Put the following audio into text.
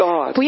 God